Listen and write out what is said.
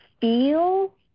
feel